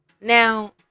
now